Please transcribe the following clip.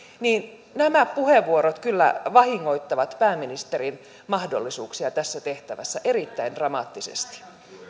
nämä puheenvuorot kyllä vahingoittavat pääministerin mahdollisuuksia tässä tehtävässä erittäin dramaattisesti